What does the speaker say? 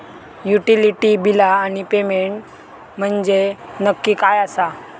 Utility बिला आणि payment म्हंजे नक्की काय आसा?